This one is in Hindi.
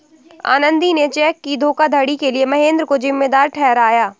आनंदी ने चेक की धोखाधड़ी के लिए महेंद्र को जिम्मेदार ठहराया